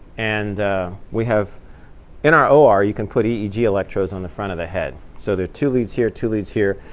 and we have in our or, you can put eeg electrodes on the front of the head. so there are two leads here, two leads here,